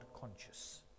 conscious